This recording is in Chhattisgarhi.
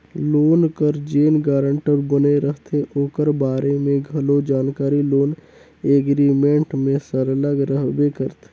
लोन कर जेन गारंटर बने रहथे ओकर बारे में घलो जानकारी लोन एग्रीमेंट में सरलग रहबे करथे